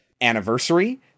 anniversary